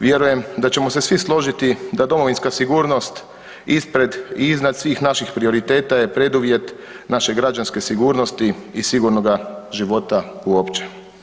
Vjerujem da ćemo se svi složiti da domovinska sigurnost ispred i iznad svih naših prioriteta je preduvjet naše građanske sigurnosti i sigurnoga života uopće.